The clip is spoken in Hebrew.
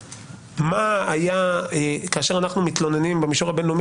למה אתה צריך אותו בשביל להגיש את התביעה